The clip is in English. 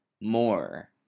more